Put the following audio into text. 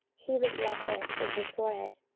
he was leprous in his forehead,